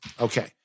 Okay